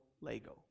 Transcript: Lego